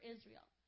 Israel